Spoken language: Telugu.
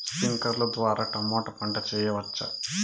స్ప్రింక్లర్లు ద్వారా టమోటా పంట చేయవచ్చా?